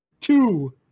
Two